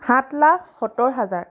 সাত লাখ সত্তৰ হাজাৰ